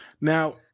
Now